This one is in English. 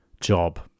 job